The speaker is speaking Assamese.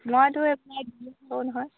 মইতো নহয়